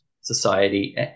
society